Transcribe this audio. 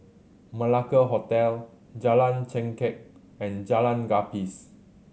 Malacca Hotel Jalan Chengkek and Jalan Gapis